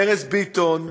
ארז ביטון,